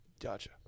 Gotcha